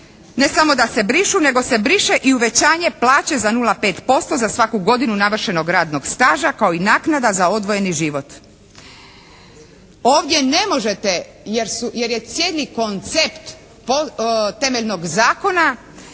ne samo da se brišu nego se briše i uvećanje plaće za 0,5% za svaku godinu navršenog radnog staža kao i naknada za odvojeni život. Ovdje ne možete jer je cijeli koncept temeljnog zakona